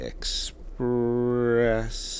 Express